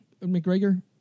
McGregor